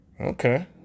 Okay